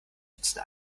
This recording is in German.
nützen